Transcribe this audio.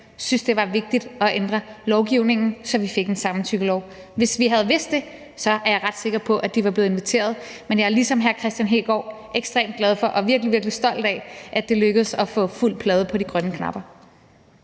syntes, det var vigtigt at ændre lovgivningen, så vi fik en samtykkelov. Hvis vi havde vidst det, er jeg ret sikker på, at de var blevet inviteret, men jeg er ligesom hr. Kristian Hegaard ekstremt glad for og virkelig, virkelig stolt af, at det lykkedes at få fuld plade på de grønne knapper.